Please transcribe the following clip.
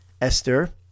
Esther